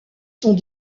sont